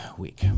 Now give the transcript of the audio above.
week